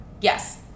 Yes